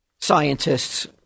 scientists